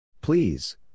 Please